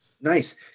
Nice